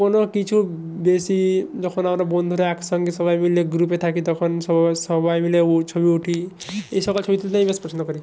কোনো কিছু বেশি যখন আমরা বন্ধুরা একসঙ্গে সবাই মিলে গ্রুপে থাকি তখন সবাই মিলে ও ছবি উঠি এই সকল ছবি তুলতে আমি বেশ পছন্দ করি